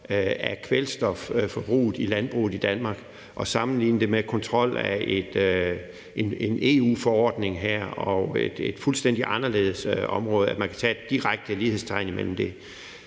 af kvælstofforbruget i landbruget i Danmark, og sammenligne det med kontrollen i en EU-forordning her, som er et fuldstændig anderledes område, altså at man kan sætte et direkte lighedstegn imellem det.